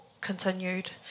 continued